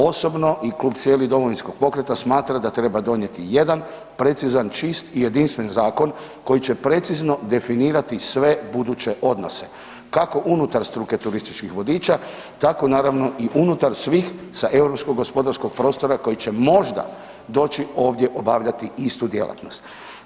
Osobno i Klub, cijeli, Domovinskog pokreta, smatra da treba donijeti jedan precizan, čist i jedinstven zakon koji će precizno definirati sve buduće odnose, kako unutar struke turističkih vodiča, tako naravno i unutar svih sa EGP-a koji će možda doći ovdje obavljati istu djelatnost.